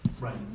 right